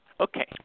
Okay